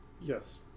Yes